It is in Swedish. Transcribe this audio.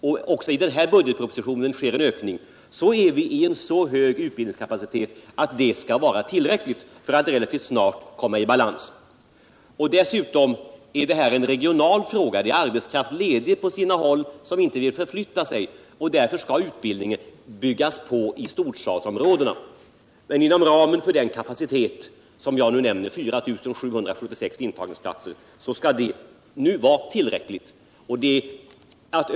Om det även i årets budgetproposition blir en ökning, bör utbildningskapaciteten bli tillräckligt hög för att vi relativt snart skall komma i balans. Dessutom är detta en regional fråga. På sina håll finns det ledig arbetskraft som inte vill förflytta sig. Utbildningen skall därför byggas ut i storstadsområdena men inom ramen för den kapacitet som jag nu nämner, 4 776 intagningsplatser, kommer vi att få tillräckligt många förskollärare.